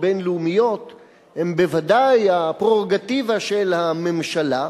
בין-לאומיות הן בוודאי הפררוגטיבה של הממשלה,